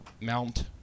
mount